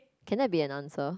can that be an answer